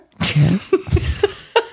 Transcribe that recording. Yes